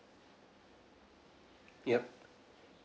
yup